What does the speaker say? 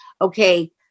Okay